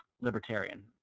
libertarian